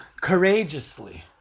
courageously